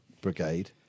brigade